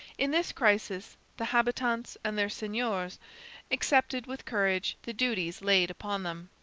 in this crisis the habitants and their seigneurs accepted with courage the duties laid upon them.